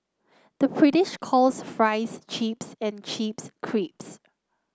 the British calls fries chips and chips crisps